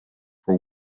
for